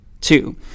two